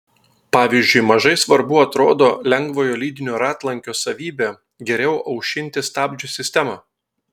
pavyzdžiui mažai svarbu atrodo lengvojo lydinio ratlankio savybė geriau aušinti stabdžių sistemą